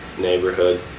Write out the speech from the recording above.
neighborhood